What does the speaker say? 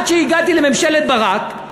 עד שהגעתי לממשלת ברק,